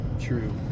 true